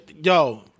yo